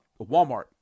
Walmart